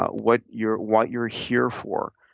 what you're what you're here for.